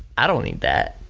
i don't need that,